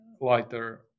lighter